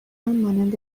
مانند